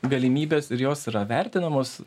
galimybės ir jos yra vertinamos